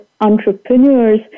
entrepreneurs